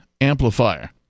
amplifier